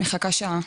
מחכה שעה,